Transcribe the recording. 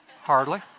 Hardly